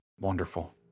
Wonderful